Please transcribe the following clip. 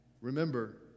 Remember